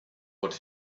what